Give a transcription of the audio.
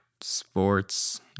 sports